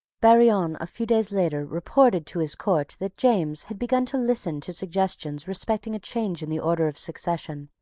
barillon, a few days later, reported to his court that james had begun to listen to suggestions respecting a change in the order of succession,